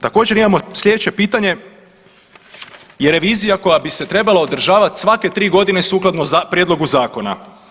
Također imamo sljedeće pitanje i revizija koja bi se trebala održavat svake tri godine sukladno prijedlogu zakona.